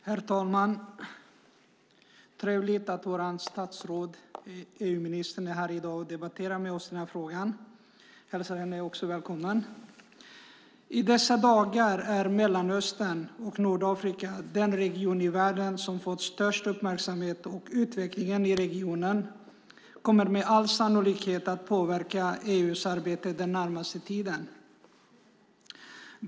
Herr talman! Det är trevligt att EU-ministern är här i dag och debatterar frågan med oss. Jag hälsar henne välkommen. I dessa dagar är Mellanöstern och Nordafrika den region i världen som har fått störst uppmärksamhet. Utvecklingen i regionen kommer med all sannolikhet att påverka EU:s arbete den närmaste tiden.